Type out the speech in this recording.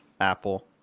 Apple